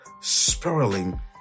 spiraling